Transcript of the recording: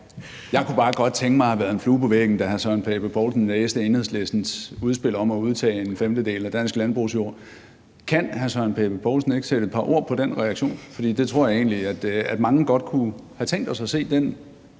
Jeg kunne bare godt tænke mig at have været en flue på væggen, da hr. Søren Pape Poulsen læste Enhedslistens udspil om at udtage en femtedel af dansk landbrugsjord. Kan hr. Søren Pape Poulsen ikke sætte et par ord på den reaktion? For jeg tror egentlig, at mange godt kunne have tænkt sig også at